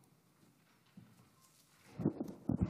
אדוני היושב-ראש, כנסת נכבדה,